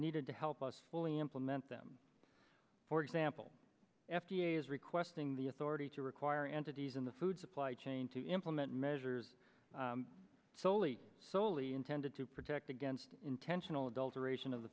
needed to help us fully implement them for example f d a is requesting the authority to require entities in the food supply chain to implement measures soley soley intended to protect against intentional adulteration of the